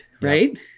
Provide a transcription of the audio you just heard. right